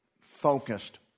focused